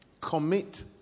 Commit